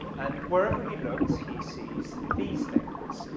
and wherever he looks, he sees these things,